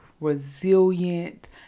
resilient